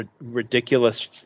ridiculous